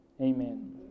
Amen